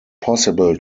possible